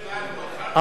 אמר השר,